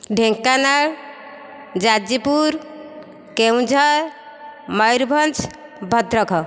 Dhenkanal Jajpur Keonjhar Mayurbhanj Bhadrak